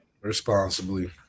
responsibly